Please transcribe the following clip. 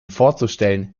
vorzustellen